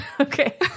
Okay